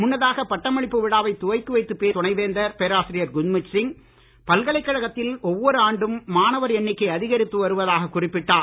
முன்னதாக பட்டமளிப்பு விழாவை துவக்கி வைத்து பேசிய துணைவேந்தர் பேராசிரியர் குர்மித் சிங் பல்கலைக்கழகத்தில் ஒவ்வொரு ஆண்டும் மாணவர் எண்ணிக்கை அதிகரித்து வருவதாக குறிப்பிட்டார்